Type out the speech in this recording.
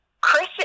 Chris